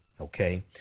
okay